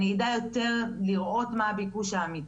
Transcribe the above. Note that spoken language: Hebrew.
אני אדע יותר לראות מה הביקוש האמיתי.